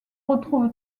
retrouve